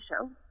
show